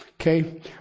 Okay